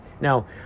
Now